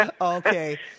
Okay